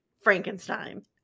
Frankenstein